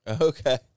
Okay